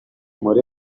muri